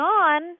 on